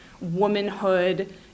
womanhood